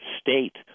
state